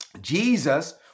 Jesus